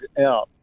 out